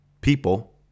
people